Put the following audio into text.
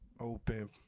open